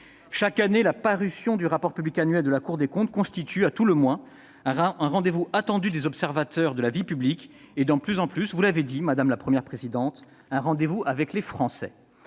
chaque année, la parution du rapport public annuel de la Cour des comptes constitue, à tout le moins, un rendez-vous attendu des observateurs de la vie publique et de plus en plus, vous l'avez dit, madame la Première présidente, un rendez-vous avec les Français.